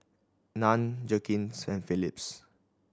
Nan Jergens and Philips